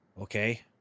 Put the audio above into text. Okay